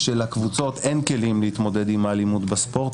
שלקבוצות אין כלים להתמודד עם האלימות בספורט,